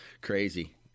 Crazy